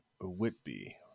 Whitby